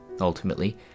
Ultimately